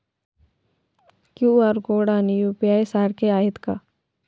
QR code आणि UPI सारखे आहेत का?